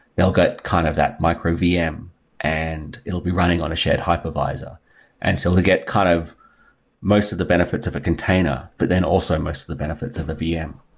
they'll get kind of that micro vm and it'll be running on a shared hypervisor and so they get kind of most of the benefits of a container, but then also most of the benefits of a vm.